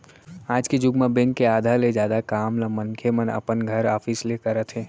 आज के जुग म बेंक के आधा ले जादा काम ल मनखे मन अपन घर, ऑफिस ले करत हे